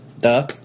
Duh